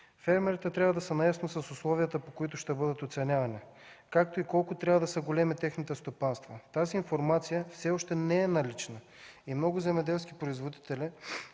фермерите трябва да са наясно с условията, по които ще бъдат оценявани, както и колко трябва да са големи техните стопанства. Тази информация все още не е налична и много земеделски производители,